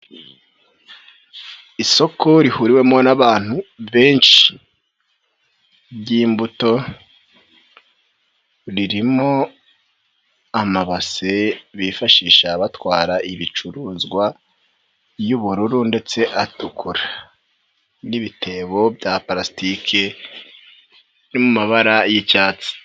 Isoko rihuriwemo n'abantu benshi ry'imbuto ririmo amabase bifashisha batwara ibicuruzwa y'ubururu ndetse atukura n'ibitebo bya palasitike biri mu mabara y'icyatsi.